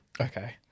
Okay